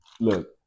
look